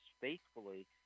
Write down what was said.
faithfully